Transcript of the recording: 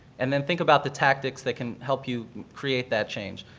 and then think about the tactics that can help you create that change.